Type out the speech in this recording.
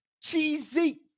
cheesy